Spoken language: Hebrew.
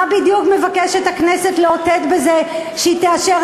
מה בדיוק הכנסת מבקשת לאותת בזה שהיא תאשר